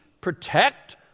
protect